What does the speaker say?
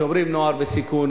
כשאומרים "נוער בסיכון",